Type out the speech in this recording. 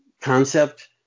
concept